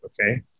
okay